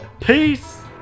Peace